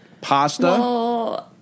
Pasta